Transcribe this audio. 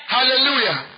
Hallelujah